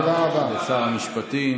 תודה רבה לשר המשפטים